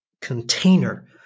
container